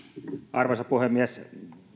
arvoisa puhemies